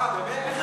אה, באמת?